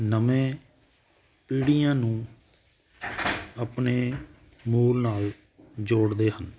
ਨਵੇਂ ਪੀੜੀਆਂ ਨੂੰ ਆਪਣੇ ਮੂਲ ਨਾਲ ਜੋੜਦੇ ਹਨ